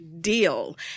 deal